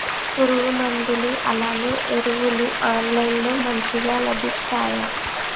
పురుగు మందులు అలానే ఎరువులు ఆన్లైన్ లో మంచిగా లభిస్తాయ?